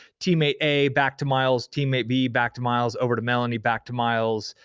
teammate a, back to miles, teammate b, back to miles, over to melanie, back to miles,